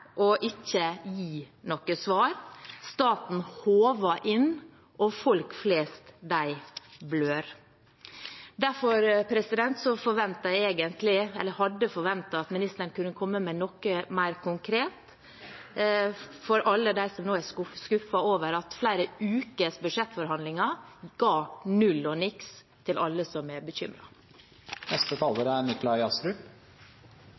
og gir ikke noe svar. Staten håver inn, og folk flest blør. Derfor hadde jeg forventet at ministeren kunne komme med noe mer konkret til alle dem som nå er skuffet over at flere ukers budsjettforhandlinger ga null og niks til alle som er